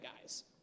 guys